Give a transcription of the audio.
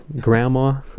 grandma